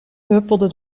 huppelde